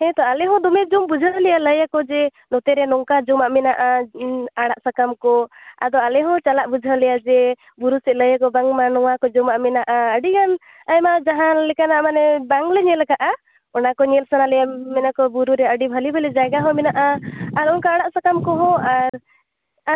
ᱦᱮᱸ ᱛᱚ ᱟᱞᱮ ᱦᱚᱸ ᱫᱚᱢᱮ ᱡᱚᱢ ᱵᱩᱡᱷᱟᱹᱣ ᱞᱮᱭᱟ ᱞᱟᱹᱭᱟᱠᱚ ᱡᱮ ᱱᱚᱛᱮ ᱨᱮ ᱱᱚᱝᱠᱟ ᱡᱚᱢᱟᱜ ᱢᱮᱱᱟᱜᱼᱟ ᱟᱲᱟᱜ ᱥᱟᱠᱟᱢ ᱠᱚ ᱟᱫᱚ ᱟᱞᱮ ᱦᱚᱸ ᱪᱟᱞᱟᱜ ᱵᱩᱡᱷᱟᱹᱣ ᱞᱮᱭᱟ ᱡᱮ ᱵᱩᱨᱩ ᱥᱮᱫ ᱞᱟᱹᱭᱟᱠᱚ ᱵᱟᱝ ᱢᱟ ᱱᱚᱣᱟ ᱠᱚ ᱡᱚᱢᱟᱜ ᱢᱮᱱᱟᱜᱼᱟ ᱟᱹᱰᱤ ᱜᱟᱱ ᱟᱭᱢᱟ ᱡᱟᱦᱟᱸ ᱞᱮᱠᱟᱱᱟᱜ ᱢᱟᱱᱮ ᱵᱟᱝ ᱞᱮ ᱧᱮᱞ ᱟᱠᱟᱜᱼᱟ ᱚᱱᱟ ᱠᱚ ᱧᱮᱞ ᱥᱟᱱᱟ ᱞᱮᱭᱟ ᱢᱮᱱᱟᱠᱚ ᱵᱩᱨᱩ ᱨᱮ ᱟᱹᱰᱤ ᱵᱷᱟᱹᱞᱤ ᱵᱷᱟᱹᱞᱤ ᱡᱟᱭᱜᱟ ᱦᱚᱸ ᱢᱮᱱᱟᱜᱼᱟ ᱟᱨ ᱚᱱᱠᱟ ᱟᱲᱟᱜ ᱥᱟᱠᱟᱢ ᱠᱚᱦᱚᱸ ᱟᱨ